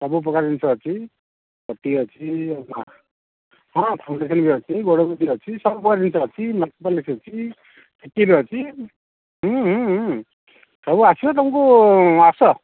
ସବୁପ୍ରକାର ଜିନିଷ ଅଛି ଅଛି ହଁ ଅଛି ଗୋଡ଼ ମୁଦି ଅଛି ସବୁ ପ୍ରକାର ଜିନିଷ ଅଛି ନଖପାଲିସ ଅଛି ଟିକିଲି ଅଛି ହୁଁ ହୁଁ ହୁଁ ସବୁ ଆସିବେ ତୁମକୁ ଆସ